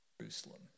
Jerusalem